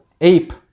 ape